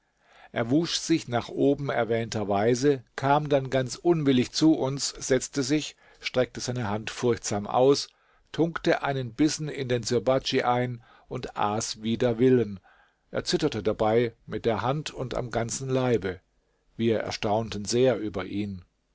er wusch sich nach oben erwähnter weise kam dann ganz unwillig zu uns setzte sich streckte seine hand furchtsam aus tunkte einen bissen in den sirbadj ein und aß wider willen er zitterte dabei mit der hand und am ganzen leibe wir erstaunten sehr über hin